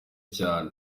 cyane